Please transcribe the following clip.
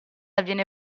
avviene